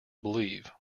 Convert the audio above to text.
believe